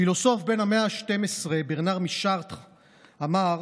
הפילוסוף בן המאה ה-12 ברנרד משארטר אמר: